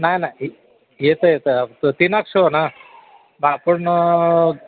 नाय नाय येतं येतं त तीनाक शो न आपण